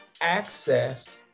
access